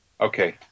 Okay